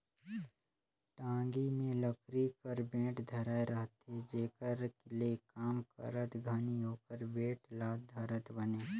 टागी मे लकरी कर बेठ धराए रहथे जेकर ले काम करत घनी ओकर बेठ ल धरत बने